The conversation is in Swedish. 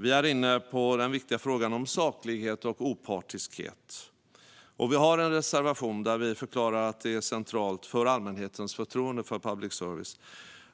Vi är inne på den viktiga frågan om saklighet och opartiskhet. Vi har en reservation där vi förklarar att det är centralt för allmänhetens förtroende för public service